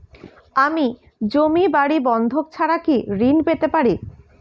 আমি জমি বাড়ি বন্ধক ছাড়া কি ঋণ পেতে পারি?